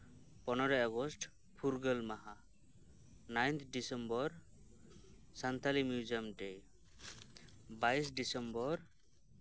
ᱯᱚᱱᱨᱚᱭ ᱟᱜᱚᱥᱴ ᱯᱷᱩᱨᱜᱟᱹᱞ ᱢᱟᱦᱟ ninth December Santali museum day ᱵᱟᱭᱤᱥ ᱰᱤᱥᱮᱢᱵᱚᱨ